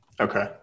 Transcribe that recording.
Okay